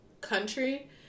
country